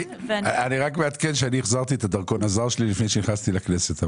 אני רק מעדכן שאני החזרתי את הדרכון הזר שלי לפני שנכנסתי לכנסת.